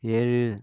ஏழு